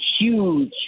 huge